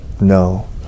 no